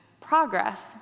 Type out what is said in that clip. progress